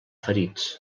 ferits